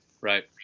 Right